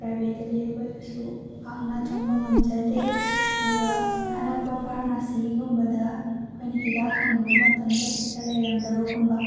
ꯄ꯭ꯔꯥꯏꯚꯦꯠꯇꯗꯤ ꯑꯩꯈꯣꯏ ꯀꯩꯁꯨ ꯄꯥꯛꯅ ꯆꯪꯕ ꯉꯝꯖꯗꯦ ꯑꯗꯨꯒ ꯑꯅꯛꯄ ꯐꯥꯔꯃꯥꯁꯤꯒꯨꯝꯕꯗ ꯑꯩꯈꯣꯏꯅ ꯍꯤꯗꯥꯛ ꯍꯪꯂꯨꯕ ꯃꯥꯇꯝꯗ ꯍꯦꯛꯇ ꯂꯩꯔꯝꯗꯕꯒꯨꯝꯕ